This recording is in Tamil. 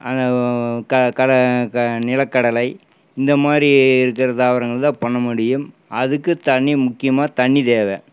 நிலக்கடலை இந்த மாதிரி இருக்கிற தாவரங்கள் தான் பண்ண முடியும் அதுக்கு தண்ணிர் முக்கியமாக தண்ணிர் தேவை